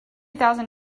thousand